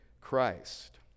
Christ